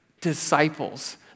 disciples